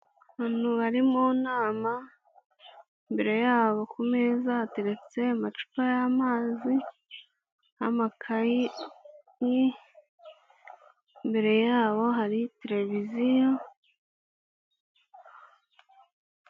Abantu bari mu nama, imbere yabo ku meza hateretse amacupa y'amazi n'amakayi, imbere yabo hari tereviziyo.